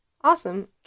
Awesome